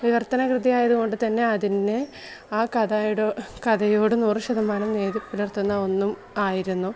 വിവർത്തന കൃതി ആയതുകൊണ്ട് തന്നെ അതിന് ആ കഥയോട് കഥയോട് നൂറുശതമാനം നീതി പുലര്ത്തുന്ന ഒന്നും ആയിരുന്നു